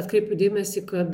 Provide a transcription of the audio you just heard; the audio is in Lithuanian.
atkreipiu dėmesį kad